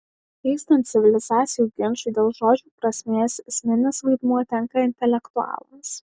vykstant civilizacijų ginčui dėl žodžių prasmės esminis vaidmuo tenka intelektualams